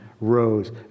rose